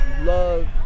love